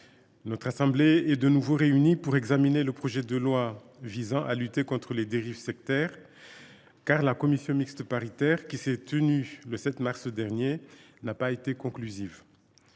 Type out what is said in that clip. Haute Assemblée est de nouveau réunie pour examiner le projet de loi visant à lutter contre les dérives sectaires, car la commission mixte paritaire, qui s’est réunie le 7 mars dernier, n’a pas été conclusive.